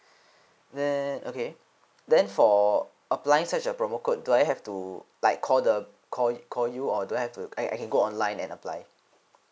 then okay then for applying such a promo code do I have to like call the call call you or do I have I I can go online and apply